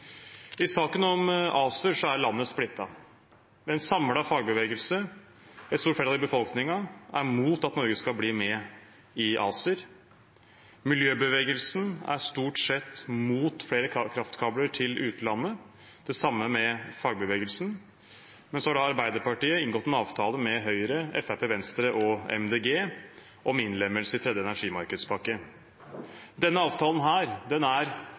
I saken om ACER er landet splittet. En samlet fagbevegelse og et stort flertall i befolkningen er imot at Norge skal bli med i ACER. Miljøbevegelsen er stort sett imot flere kraftkabler til utlandet, det samme er fagbevegelsen. Men så har Arbeiderpartiet inngått en avtale med Høyre, Fremskrittspartiet, Venstre og Miljøpartiet De Grønne om innlemmelse i tredje energimarkedspakke. Denne avtalen